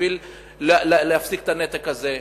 בשביל להפסיק את הנתק הזה,